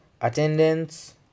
Attendance